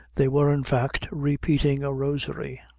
they were, in fact, repeating a rosary,